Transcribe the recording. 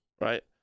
right